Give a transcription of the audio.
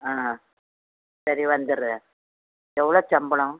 சரி வந்துடுறேன் எவ்வளோ சம்பளம்